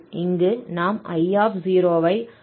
இங்கு நாம் I I 2ஆக பயன்படுத்தலாம்